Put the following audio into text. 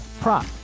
Prop